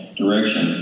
direction